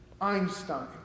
Einstein